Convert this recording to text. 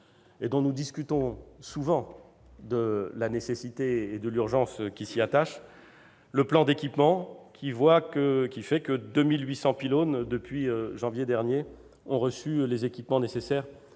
dont nous discutons souvent de la nécessité et de l'urgence qui s'y attachent, le plan d'équipement grâce auquel 2 800 pylônes, depuis janvier dernier, ont reçu les équipements nécessaires